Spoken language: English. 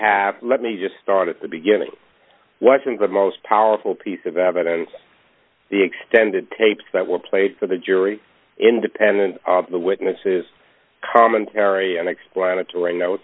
have let me just start at the beginning wasn't the most powerful piece of evidence the extended tapes that were played for the jury independent witnesses commentary and explanatory no